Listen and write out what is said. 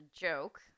joke